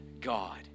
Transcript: God